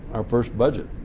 our first budget,